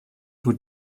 would